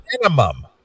minimum